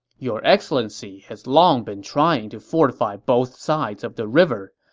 your excellency has long been trying to fortify both sides of the river.